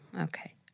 Okay